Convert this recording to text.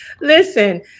Listen